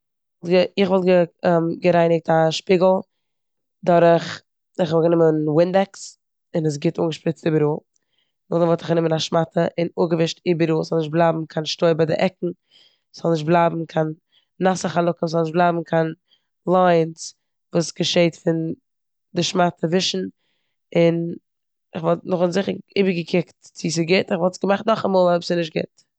איך וואלט גערייניגט א שפיגל דורך, כ'וואלט גענומען ווידעקס און עס גוט אנגעשפריצט איבעראל. נאכדעם וואלט איך גענומען א שמאטע און גוט אפגעווישט איבעראל, ס'זאל נישט בלייבן קיין שטויב ביי די עקן, ס'זאל נישט בלייבן קיין נאסע חלקים, ס'זאל נישט בלייבן קיין לייינס וואס געשעט פון די שמאטע ווישן און כ'וואלט נאכדעם זיכע- איבערגעקוקט צו ס'גוט, און כ'וואלט עס געמאכט נאכאמאל אויב ס'נישט גוט.